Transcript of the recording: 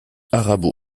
arabo